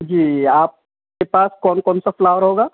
جی آپ کے پاس کون کون سا فلاور ہوگا